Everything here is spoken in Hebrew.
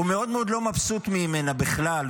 הוא מאוד מאוד לא מבסוט ממנה, בכלל.